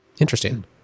Interesting